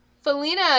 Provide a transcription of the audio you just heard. Felina